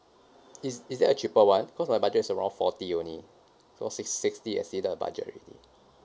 is is there a cheaper one cause my budget is around forty only so six sixty exceed the budget already